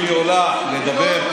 שאם היא עולה לדבר,